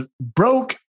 broke